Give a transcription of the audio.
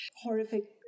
horrific